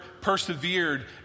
persevered